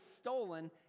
stolen